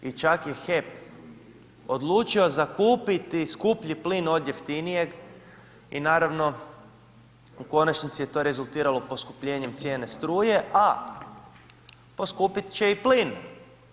I čak je HEP odlučio zakupiti skuplji plin od jeftinijeg i naravno u konačnici je to rezultiralo poskupljenjem cijene struje a poskupiti će i plin.